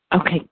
Okay